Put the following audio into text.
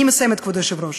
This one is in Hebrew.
אני מסיימת, כבוד היושב-ראש.